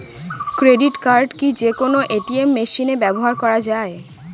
Credit card কি যে কোনো এ.টি.এম মেশিনে ব্যবহার করা য়ায়?